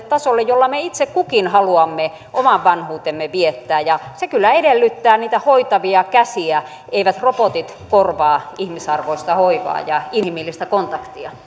tasolle jolla me itse kukin haluamme oman vanhuutemme viettää ja se kyllä edellyttää niitä hoitavia käsiä eivät robotit korvaa ihmisarvoista hoivaa ja inhimillistä kontaktia